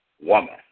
woman